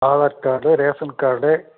Aadhaar card ration card